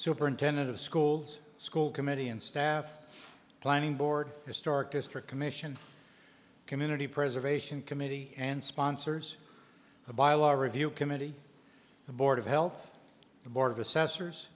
superintendent of schools school committee and staff planning board historic district commission community preservation committee and sponsors the bylaws review committee the board of health the board of assessors